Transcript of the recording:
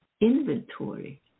inventory